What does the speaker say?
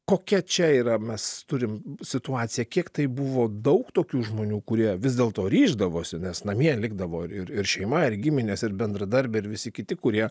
kokia čia yra mes turim situaciją kiek tai buvo daug tokių žmonių kurie vis dėlto ryždavosi nes namie likdavo ir ir šeima ir giminės ir bendradarbiai ir visi kiti kurie